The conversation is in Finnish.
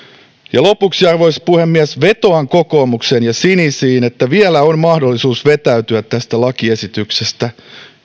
lopuksi arvoisa puhemies vetoan kokoomukseen ja sinisiin että vielä on mahdollisuus vetäytyä tästä lakiesityksestä